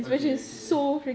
okay okay